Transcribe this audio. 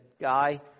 guy